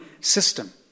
system